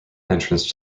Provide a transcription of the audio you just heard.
entrance